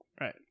Right